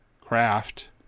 craft